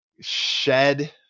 shed